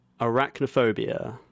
arachnophobia